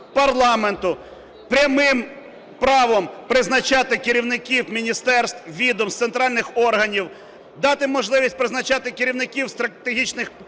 парламенту прямим правом призначати керівників міністерств, відомств, центральних органів, дати можливість призначати керівників стратегічних підприємств